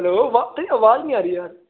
hello ਵਾ ਤੇਰੀ ਆਵਾਜ਼ ਨਹੀਂ ਆ ਰਹੀ ਯਾਰ